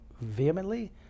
vehemently